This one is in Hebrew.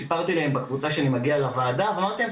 סיפרתי להם בקבוצה שאני מגיע לוועדה ואמרתי להם,